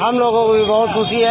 हम लोगों को भी बहुत खुशी है